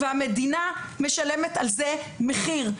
והמדינה משלמת על זה מחיר.